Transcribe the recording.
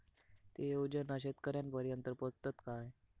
ते योजना शेतकऱ्यानपर्यंत पोचतत काय?